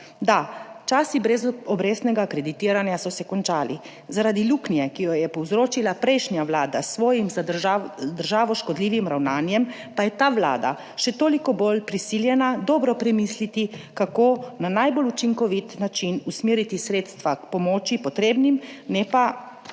Da, časi brezobrestnega kreditiranja so se končali, zaradi luknje, ki jo je povzročila prejšnja vlada s svojim za državo škodljivim ravnanjem, pa je ta vlada še toliko bolj prisiljena dobro premisliti, kako na najbolj učinkovit način usmeriti sredstva k pomoči potrebnim, ne pa